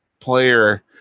player